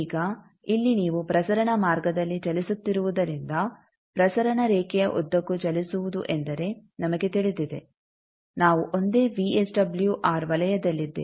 ಈಗ ಇಲ್ಲಿ ನೀವು ಪ್ರಸರಣ ಮಾರ್ಗದಲ್ಲಿ ಚಲಿಸುತ್ತಿರುವುದರಿಂದ ಪ್ರಸರಣ ರೇಖೆಯ ಉದ್ದಕ್ಕೂ ಚಲಿಸುವುದು ಎಂದರೆ ನಮಗೆ ತಿಳಿದಿದೆ ನಾವು ಒಂದೇ ವಿಎಸ್ಡಬ್ಲ್ಯೂಆರ್ ವಲಯದಲ್ಲಿದ್ದೇವೆ